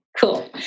cool